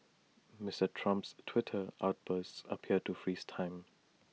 Mister Trump's Twitter outbursts appear to freeze time